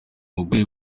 mugore